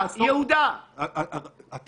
יש